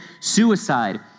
suicide